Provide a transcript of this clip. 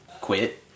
quit